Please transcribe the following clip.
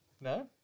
No